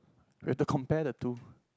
we have to compare the two